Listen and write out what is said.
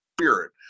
Spirit